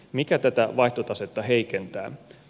mikä tätä vaihtotasetta heikentää